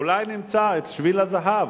אולי נמצא את שביל הזהב,